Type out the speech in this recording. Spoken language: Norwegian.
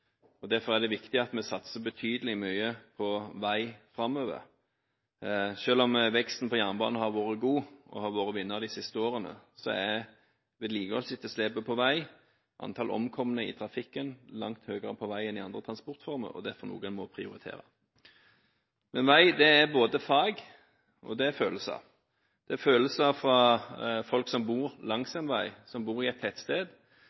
Derfor er det viktig at vi satser betydelig på vei framover. Selv om veksten på jernbanen har vært god, og jernbanen har vært en vinner de siste årene, er vedlikeholdsetterslepet og antall omkomne i trafikken langt høyere på vei enn for andre transportformer og derfor noe en må prioritere. Vei er både fag og følelser. Det er følelser for folk som bor langs en vei, som bor i et tettsted,